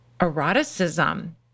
eroticism